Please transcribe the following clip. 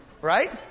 Right